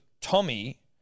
Tommy